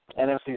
NFC